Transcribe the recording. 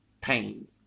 pain